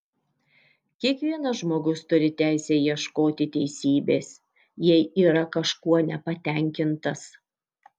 kiekvienas žmogus turi teisę ieškoti teisybės jei yra kažkuo nepatenkintas